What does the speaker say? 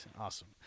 awesome